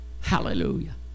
Hallelujah